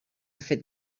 fet